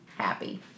happy